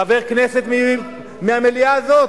חבר כנסת מהמליאה הזאת,